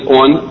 on